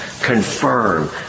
confirm